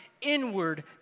inward